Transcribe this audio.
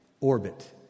orbit